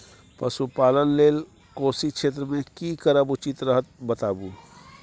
पशुपालन लेल कोशी क्षेत्र मे की करब उचित रहत बताबू?